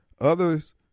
Others